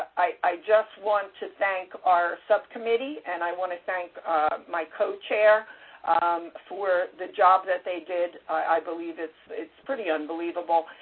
i just want to thank our subcommittee, and i want to thank my co-chair for the job that they did. i believe it's it's pretty unbelievable.